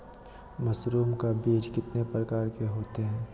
Mushroom का बीज कितने प्रकार के होते है?